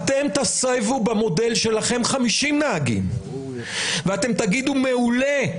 אתם תסבו במודל שלכם 50 נהגים ואתם תגידו, מעולה.